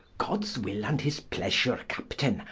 gods will, and his pleasure, captaine,